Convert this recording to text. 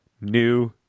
New